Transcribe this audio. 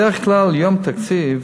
בדרך כלל יום הגשת תקציב